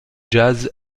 jazz